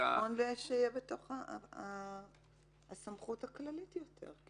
זה מקרה שנכון שיהיה בתוך הסמכות הכללית יותר.